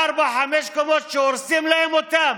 ארבע-חמש קומות, שהורסים להם אותם